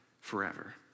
forever